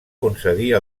concedir